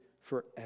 forever